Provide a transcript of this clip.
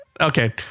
Okay